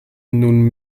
nun